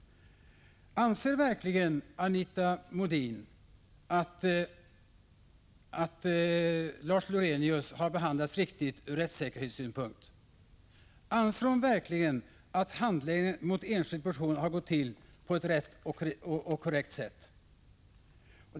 Anser verkligen Anita Modin att Lars Lorenius har behandlats riktigt från rättssynpunkt? Anser Anita Modin verkligen att handläggningen gentemot enskild person har gått till på ett korrekt sätt?